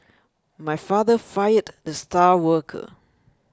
my father fired the star worker